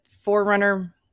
Forerunner